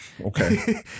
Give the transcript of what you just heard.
Okay